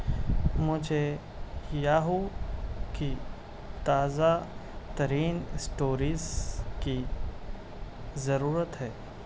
مجھے یاہو کی تازہ ترین اسٹوریز کی ضرورت ہے